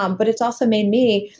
um but it's also made me.